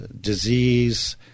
disease